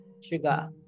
sugar